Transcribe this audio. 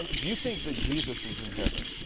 do you think that jesus is in heaven,